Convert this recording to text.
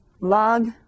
log